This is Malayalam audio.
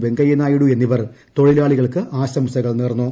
വെങ്കയ്യ നായിഡു എന്നിവർ തൊഴിലാളികൾക്ക് ആശംസകൾ നേർന്നു